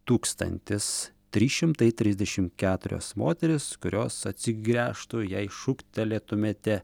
tūkstantis trys šimtai trisdešim keturios moterys kurios atsigręžtų jei šūktelėtumėte